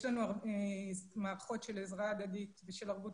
יש לנו מערכות של עזרה הדדית ושל ערבות